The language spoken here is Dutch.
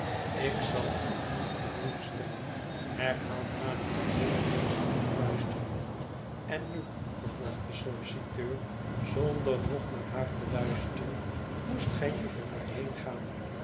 ik zal u op de proef stellen herhaalt mademoiselle wederom fluisterend en nu vervolgt de solliciteur zonder nog naar haar te luisteren moest gij liever maar